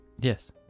Yes